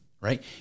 right